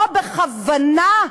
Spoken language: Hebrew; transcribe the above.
פה, בכוונה,